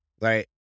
right